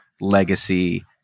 legacy